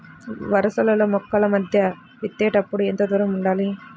వరసలలో మొక్కల మధ్య విత్తేప్పుడు ఎంతదూరం ఉండాలి?